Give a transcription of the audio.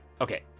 Okay